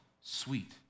sweet